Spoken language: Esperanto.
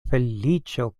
feliĉo